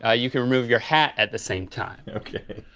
ah you can remove your hat at the same time. okay.